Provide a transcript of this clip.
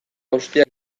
guztiak